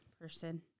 person